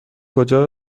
کجا